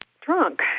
drunk